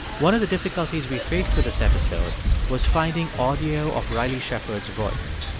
one of the difficulties we faced with this episode was finding audio of riley shepard's voice.